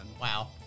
Wow